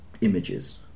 images